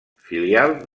filial